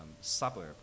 suburb